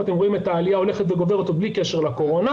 אתם רואים את העליה הולכת וגוברת עוד בלי קשר לקורונה,